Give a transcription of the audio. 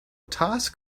task